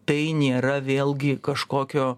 tai nėra vėlgi kažkokio